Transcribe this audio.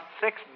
six